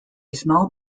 small